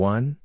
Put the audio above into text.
One